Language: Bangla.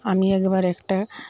আমি একবার একটা